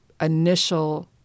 initial